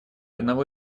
одного